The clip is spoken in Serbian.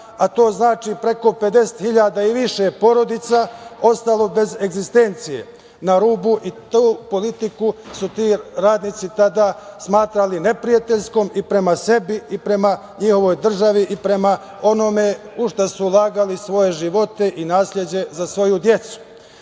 a to znači preko 50 hiljada i više porodica, ostalo bez egzistencije, na rubu i tu politiku su ti radnici tada smatrali neprijateljskom i prema sebi i prema njihovoj državi i prema onome u šta su ulagali svoje živote i nasleđe za svoju decu.